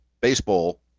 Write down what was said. baseball